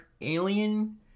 alien